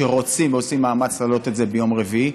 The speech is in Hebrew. שרוצים ועושים מאמץ להעלות את זה ביום רביעי.